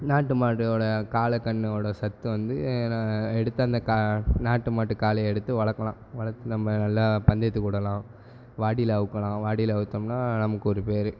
நாட்டு மாட்டோட காளை கன்னோட சத்து வந்து எடுத்து அந்த க நாட்டு மாட்டு காளையை எடுத்து வளர்க்கலாம் வளர்த்து நம்ப நல்லா பந்தயத்துக்கு விடலாம் வாடியில அவுக்கலாம் வாடியில அவுதமுன்னா நமக்கு ஒரு பேர்